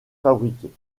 fabriquée